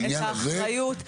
בעניין הזה,